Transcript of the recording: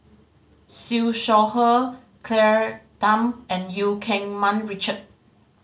Siew Shaw Her Claire Tham and Eu Keng Mun Richard